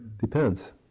depends